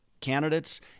Candidates